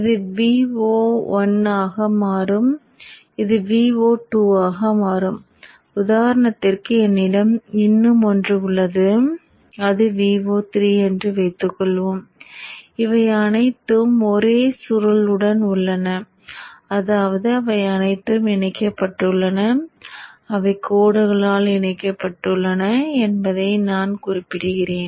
இது Vo1 ஆக மாறும் இது Vo2 ஆக மாறும் உதாரணத்திற்கு என்னிடம் இன்னும் ஒன்று உள்ளது அது Vo3 என்று வைத்துக்கொள்வோம் இவை அனைத்தும் ஒரே சுருள் உடன் உள்ளன அதாவது அவை அனைத்தும் இணைக்கப்பட்டுள்ளன அவை கோடுகளால் இணைக்கப்பட்டுள்ளன என்பதை நான் குறிப்பிடுகிறேன்